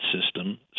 system